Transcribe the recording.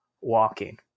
walking